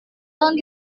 tahun